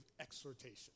exhortation